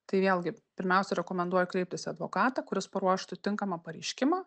tai vėlgi pirmiausia rekomenduoju kreiptis į advokatą kuris paruoštų tinkamą pareiškimą